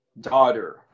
daughter